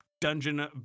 dungeon